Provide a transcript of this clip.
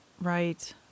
Right